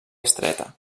estreta